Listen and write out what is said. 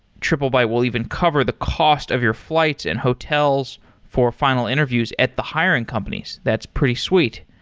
triplebyte will even cover the cost of your flights and hotels for final interviews at the hiring companies. that's pretty sweet.